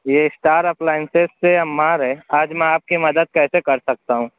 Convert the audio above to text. یہ star appliances سے عمار ہے آج میں آپ کی مدد کیسے کر سکتا ہوں